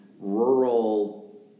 rural